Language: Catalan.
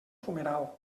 fumeral